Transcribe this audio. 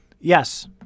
Yes